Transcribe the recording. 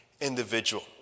individual